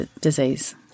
disease